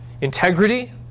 Integrity